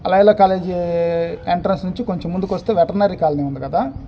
లైవ్లా college entrance నుంచి కొంచెం ముందుకొస్తే వెటర్నరీ కాలనీ ఉంది కదా